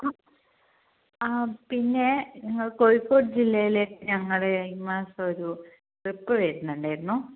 ആ പിന്നെ കോഴിക്കോട് ജില്ലയിലേക്ക് ഞങ്ങൾ ഈ മാസം ഒരു ട്രിപ്പ് വരുന്നുണ്ടായിരുന്നു